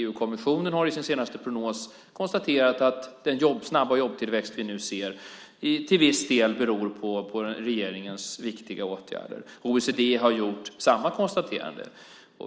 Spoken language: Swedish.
EU-kommissionen har i sin senaste prognos konstaterat att den snabba jobbtillväxt vi nu ser till viss del beror på regeringens viktiga åtgärder. OECD har gjort samma konstaterande.